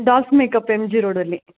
ಡಾಲ್ಫ್ makeup M G ರೋಡಲ್ಲಿ